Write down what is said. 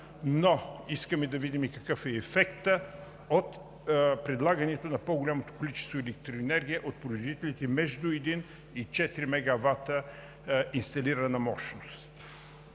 но искаме да видим какъв е ефектът от предлагането на по-голямото количество електроенергия от производителите между един и четири мегавата инсталирана мощност.